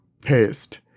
paste